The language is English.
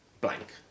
blank